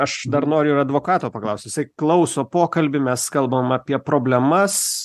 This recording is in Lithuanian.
aš dar noriu ir advokato paklaust jisai klauso pokalbį mes kalbam apie problemas